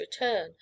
return